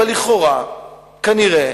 אבל לכאורה כנראה